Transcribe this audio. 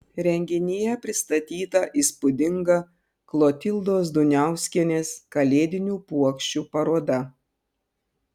renginyje pristatyta įspūdinga klotildos duniauskienės kalėdinių puokščių paroda